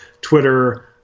Twitter